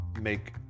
make